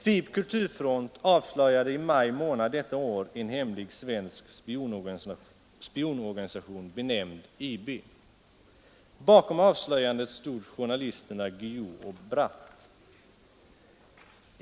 FiB/Kulturfront avslöjade i maj månad detta år en hemlig svensk spioneriorganisation, benämnd IB. Bakom avslöjandet stod journalisterna Guillou och Bratt.